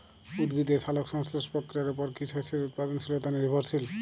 উদ্ভিদের সালোক সংশ্লেষ প্রক্রিয়ার উপর কী শস্যের উৎপাদনশীলতা নির্ভরশীল?